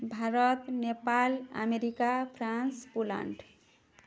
Bharat Nepal America France Poland